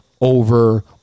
over